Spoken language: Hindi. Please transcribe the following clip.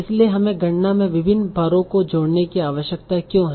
इसलिए हमें गणना में विभिन्न भारों को जोड़ने की आवश्यकता क्यों है